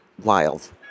wild